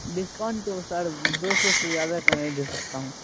discount تو sir دو سو سے زیادہ کا نہیں دے سکتا ہوں